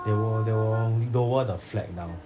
they will they will lower the flag down